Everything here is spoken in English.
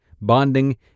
bonding